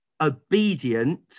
obedient